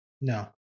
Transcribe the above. No